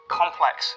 complex